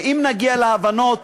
ואם נגיע להבנות,